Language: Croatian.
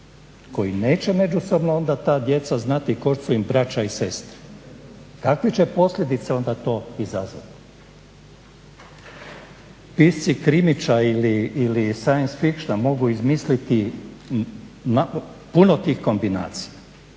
koji neće međusobno onda ta djeca znati tko su im braća i sestre. Kakve će posljedice onda to izazvati? Pisci krimića ili science fictiona mogu izmisliti puno tih kombinacija,